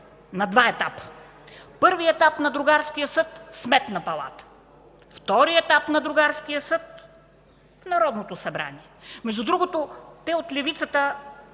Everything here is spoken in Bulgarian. на два етапа. Първи етап на другарския съд – Сметната палата; втори етап на другарския съд – Народното събрание. Между другото от левицата